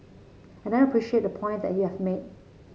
and I appreciate the point that you've made